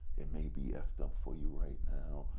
it may be f-ed up for you right now,